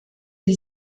die